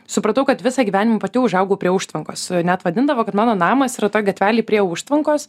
supratau kad visą gyvenimą pati užaugau prie užtvankos net vadindavo kad mano namas yra toj gatvelėj prie užtvankos